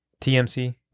TMC